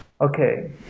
Okay